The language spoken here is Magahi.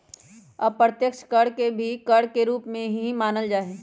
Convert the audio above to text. अप्रत्यक्ष कर के भी कर के एक रूप ही मानल जाहई